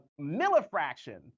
millifraction